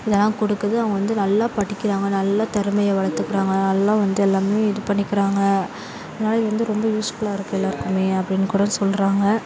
இதெல்லாம் கொடுக்குது அவங்க வந்து நல்லா படிக்கிறாங்க நல்லா திறமைய வளர்த்துக்குறாங்க நல்ல வந்து எல்லாமே இது பண்ணிக்கிறாங்க அதனால் இது வந்து ரொம்ப யூஸ்ஃபுல்லாக இருக்குது எல்லாேருக்குமே அப்படின்னு கூட சொல்கிறாங்க